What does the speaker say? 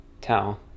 tell